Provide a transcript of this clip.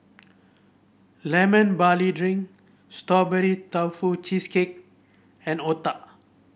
Lemon Barley Drink Strawberry Tofu Cheesecake and otah